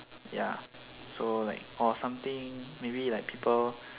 ya so like for something maybe like people